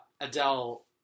Adele